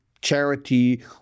charity